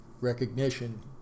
recognition